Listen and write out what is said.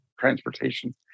transportation